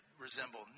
resemble